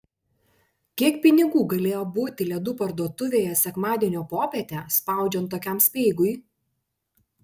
kiek pinigų galėjo būti ledų parduotuvėje sekmadienio popietę spaudžiant tokiam speigui